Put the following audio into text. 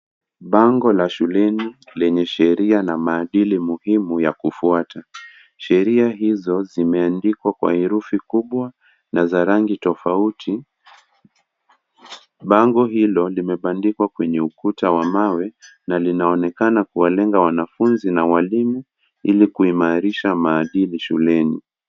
Bango la shuleni lenye Sheria na maadili muhimu ya Kufuata. Sheria hizo zimeandikwa kwa herufi kubwa na za rangi tofauti. Bango hilo limebandikwa kwenye ukuta wa mawe na linaonekana kuwalenga wanafunzi na walimu Ili kuimarisha maadili shuleni.